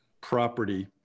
property